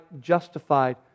justified